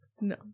No